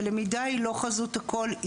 הלמידה היא לא חזות הכול,